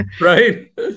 Right